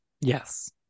Yes